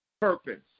purpose